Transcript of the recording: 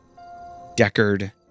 Deckard